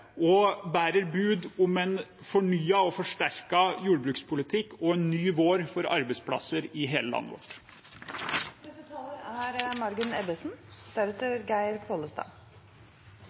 og bærer bud om en fornyet og forsterket jordbrukspolitikk og en ny vår for arbeidsplasser i hele landet vårt.